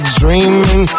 dreaming